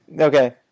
Okay